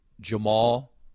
Jamal